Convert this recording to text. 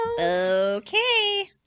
Okay